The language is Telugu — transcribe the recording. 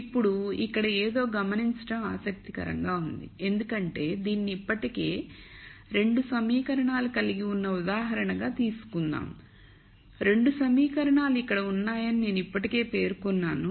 ఇప్పుడు ఇక్కడ ఏదో గమనించడం ఆసక్తికరంగా ఉంది ఎందుకంటే దీనిని ఇప్పటికే 2 సమీకరణాలు కలిగి ఉన్న ఉదాహరణగా తీసుకుందాం 2 సమీకరణాలు ఇక్కడ ఉన్నాయని నేను ఇప్పటికే పేర్కొన్నాను